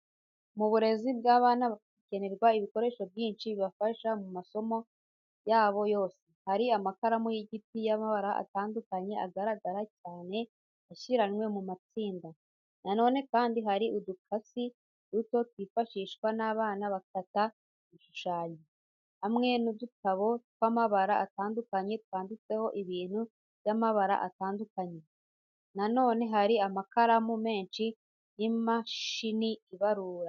Mu burezi bw'abana hakenerwa ibikoresho byinshi bibafasha mu masomo yabo yose. Hari amakaramu y'igiti y'amabara atandukanye, agaragara cyane ashyiranywe mu matsinda. Na none kandi hari udukasi duto twifashishwa n'abana bakata ibishushanyo, hamwe n'udutabo tw'amabara atandukanye twanditseho ibintu by'amabara atandukanye. Na none harimo amakaramu menshi n'imashini ibarura.